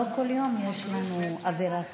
לא כל יום יש לנו אווירה חגיגית.